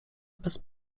bez